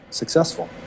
successful